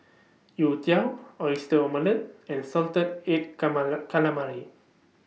Youtiao Oyster Omelette and Salted Egg Calamari